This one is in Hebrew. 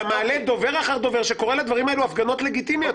אתה מעלה דובר אחר דובר שקורא לדברים האלה "הפגנות לגיטימיות",